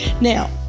Now